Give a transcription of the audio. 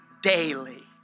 daily